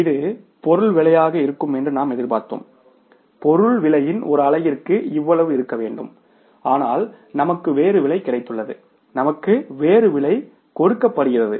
இது பொருள் விலையாக இருக்கும் என்று நாம் எதிர்பார்த்தோம் பொருள் விலையின் ஒரு அலகிற்கு இவ்வளவு இருக்க வேண்டும் ஆனால் நமக்கு வேறு விலை கிடைத்துள்ளது நமக்கு வேறு விலை கொடுக்கப்படுகிறது